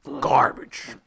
Garbage